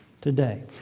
today